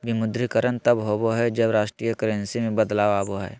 विमुद्रीकरण तब होबा हइ, जब राष्ट्रीय करेंसी में बदलाव आबा हइ